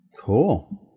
cool